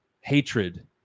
hatred